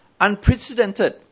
unprecedented